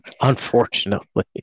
unfortunately